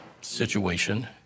situation